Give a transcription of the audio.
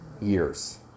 years